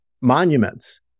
monuments